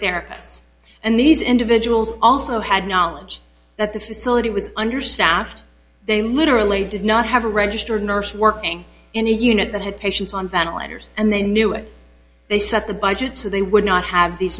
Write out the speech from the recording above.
therapists and these individuals also had knowledge that the facility was understaffed they literally did not have a registered nurse working in a unit that had patients on ventilators and they knew it they set the budget so they would not have these